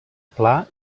pla